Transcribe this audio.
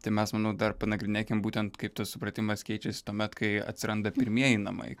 tai mes manau dar panagrinėkim būtent kaip tas supratimas keičiasi tuomet kai atsiranda pirmieji namai